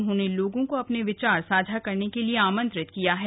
उन्होंने लोगों को अपने विचार साझा करने के लिए आंमत्रित किया गया है